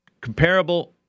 comparable